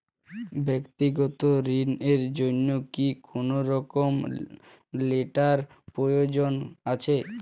ব্যাক্তিগত ঋণ র জন্য কি কোনরকম লেটেরাল প্রয়োজন আছে?